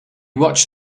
watched